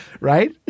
Right